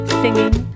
singing